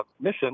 mission